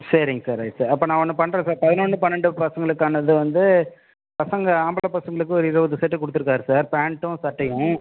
சேரிங்க sir right சேரி அப்போ நான் ஒன்று பண்ணுறேன் சார் பதினொன்று பன்னெரெண்டு பசங்களுக்கானது வந்து பசங்கள் ஆம்பளை பசங்களுக்கு ஒரு இருபது செட்டு கொடுத்துர்க்காரு சார் பேண்ட்டும் சட்டையும்